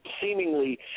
seemingly